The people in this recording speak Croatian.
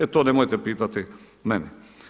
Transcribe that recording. E to nemojte pitati mene.